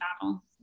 battle